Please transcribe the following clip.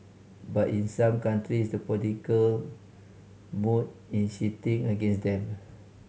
but in some countries the political mood in shifting against them